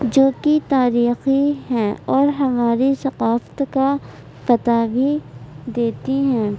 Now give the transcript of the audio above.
جو کہ تاریخی ہیں اور ہماری ثقافت کا پتا بھی دیتی ہیں